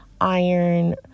iron